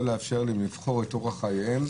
לא לאפשר להם לבחור את אורח חייהם,